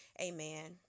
amen